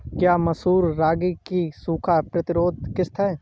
क्या मसूर रागी की सूखा प्रतिरोध किश्त है?